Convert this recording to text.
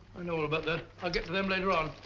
i know all about that. i'll get to them later on.